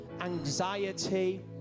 anxiety